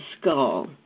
Skull